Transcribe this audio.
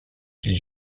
qu’il